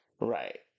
right